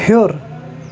ہیوٚر